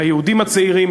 ליהודים הצעירים,